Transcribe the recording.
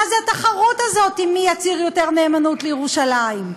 מה התחרות הזאת מי יצהיר יותר נאמנות לירושלים?